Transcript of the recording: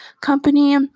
company